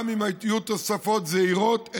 גם אם יהיו תוספות זהירות,